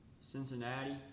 Cincinnati